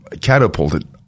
catapulted